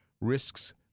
risks